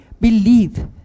believe